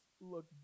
look